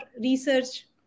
research